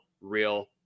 real